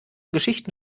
geschichten